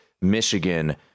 Michigan